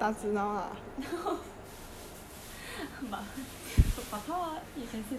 no but you forgot you can sit on the floor too